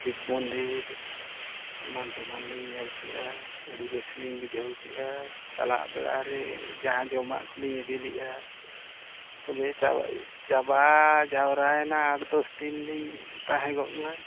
ᱥᱤᱵᱽ ᱢᱚᱱᱫᱤᱨ ᱮᱢᱟᱱ ᱛᱮᱢᱟᱱ ᱞᱤᱧ ᱧᱮᱞ ᱠᱮᱜᱼᱟ ᱟᱹᱰᱤ ᱵᱮᱥ ᱞᱤᱧ ᱵᱩᱡᱷᱟᱹᱣ ᱠᱮᱜᱼᱟ ᱪᱟᱞᱟᱜ ᱵᱮᱲᱟᱨᱮ ᱡᱟᱦᱟᱸ ᱡᱚᱢᱟᱜ ᱠᱚᱞᱤᱧ ᱤᱫᱤ ᱞᱮᱜᱼᱟ ᱪᱟ ᱪᱟᱵᱟ ᱡᱟᱣᱨᱟᱭᱮᱱᱟ ᱟᱴ ᱫᱚᱥ ᱫᱤᱱ ᱞᱤᱧ ᱛᱟᱦᱮᱸ ᱜᱚᱫ ᱱᱟ